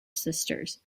sisters